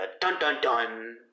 dun-dun-dun